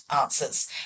answers